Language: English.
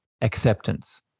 acceptance